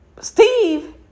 Steve